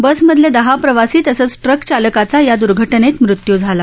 बसमधले दहा प्रवासी तसंच ट्रकचालकाचा या दुर्घटनेत मृत्यू झाला